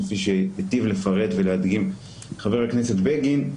כפי שהיטיב לפרט ולהדגים חבר הכנסת בגין,